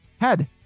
head